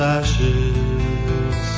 ashes